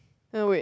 oh wait